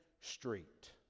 street